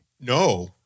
No